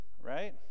right